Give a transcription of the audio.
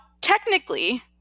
technically